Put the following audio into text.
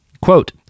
Quote